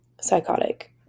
psychotic